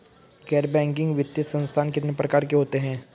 गैर बैंकिंग वित्तीय संस्थान कितने प्रकार के होते हैं?